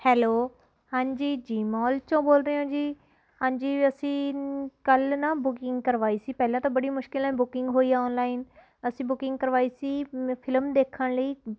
hello ਹਾਂਜੀ ਜੀ mall 'ਚੋਂ ਬੋਲ ਰਹੇ ਹੋ ਜੀ ਹਾਂਜੀ ਅਸੀਂ ਕੱਲ੍ਹ ਨਾ ਬੁਕਿੰਗ ਕਰਵਾਈ ਸੀ ਪਹਿਲਾਂ ਤਾਂ ਬੜੀ ਮੁਸ਼ਕਿਲ ਨਾਲ ਬੁਕਿੰਗ ਹੋਈ ਆ ਆਨਲਾਈਨ ਅਸੀਂ ਬੁਕਿੰਗ ਕਰਵਾਈ ਸੀ ਫਿਲਮ ਦੇਖਣ ਲਈ